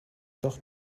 doch